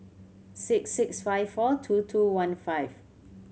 six six five four two two one five